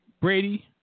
Brady